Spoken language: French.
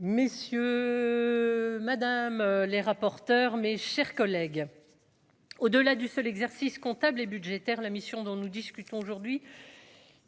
Messieurs, madame, les rapporteurs, mes chers collègues, au-delà du seul exercice comptable et budgétaire, la mission dont nous discutons aujourd'hui,